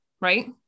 right